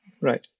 Right